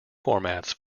formats